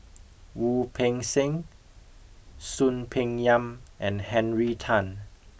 Wu Peng Seng Soon Peng Yam and Henry Tan